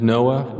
Noah